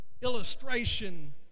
illustration